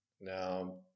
Now